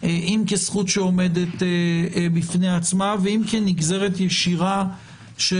אם כזכות שעומדת בפני עצמה ואם כנגזרת ישירה של